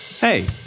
Hey